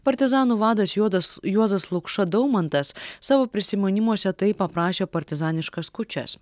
partizanų vadas juodas juozas lukša daumantas savo prisiminimuose taip aprašė partizaniškas kūčias